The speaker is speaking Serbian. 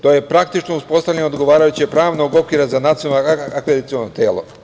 To je praktično uspostavljanje odgovarajućeg pravnog okvira za Nacionalno akreditaciono telo.